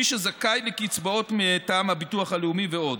מי שזכאי לקצבאות מטעם הביטוח הלאומי ועוד.